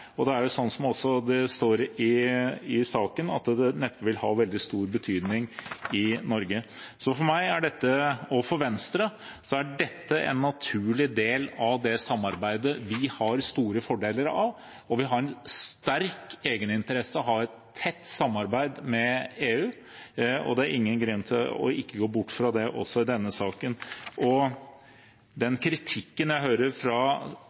Og som det også står i innstillingen, vil det neppe ha stor betydning i Norge. For meg og for Venstre er dette en naturlig del av det samarbeidet vi har store fordeler av, og vi har en sterk egeninteresse av å ha et tett samarbeid med EU. Det er ingen grunn til å gå bort fra det i denne saken. Den kritikken jeg hører fra